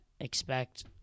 expect